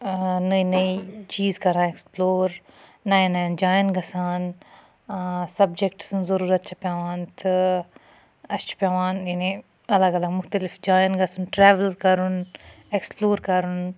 نٔے نٔے چیٖز کَران ایٚکسپلور نَیَن نَیَن جایَن گَژھان سَبجکٹہٕ سٕنٛز ضوٚرَتھ چھِ پیٚوان تہٕ اَسہِ چھِ پیٚوان یعنٕے اَلَگ اَلَگ مُختلِف جایَن گَژھُن ٹریٚوٕل کَرُن ایٚکسپلور کَرُن